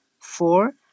Four